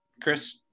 Chris